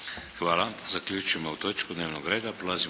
Hvala. Zaključujem ovu točku dnevnog reda.